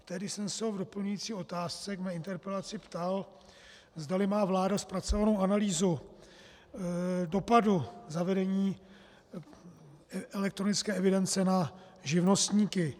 Tehdy jsem se ho v doplňující otázce ke své interpelaci ptal, zdali má vláda zpracovanou analýzu dopadu zavedení elektronické evidence na živnostníky.